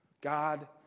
God